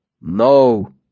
No